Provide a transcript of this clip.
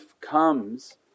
comes